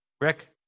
Rick